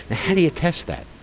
ah how do you test that?